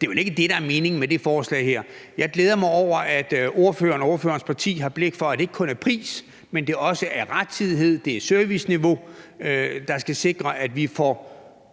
det er vel ikke det, der meningen med det forslag her. Jeg glæder mig over, at ordføreren og ordførerens parti har blik for, at det ikke kun er prisen, men at det også er rettidighed og serviceniveau, der skal sikre, at vi får